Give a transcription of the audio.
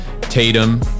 Tatum